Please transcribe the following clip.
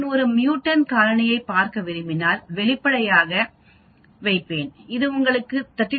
நான் ஒரு மீயூட்டன்ட் காலனியைப் பார்க்க விரும்பினால் வெளிப்படையாக நான் e e λ λ1 1